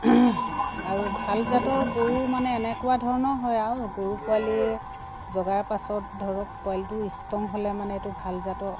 আৰু ভাল জাতৰ গৰু মানে এনেকুৱা ধৰণৰ হয় আও গৰু পোৱালিয়ে জগাৰ পাছত ধৰক পোৱালিটো ইছটং হ'লে মানে এইটো ভাল জাতৰ